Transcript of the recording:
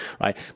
right